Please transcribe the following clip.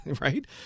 right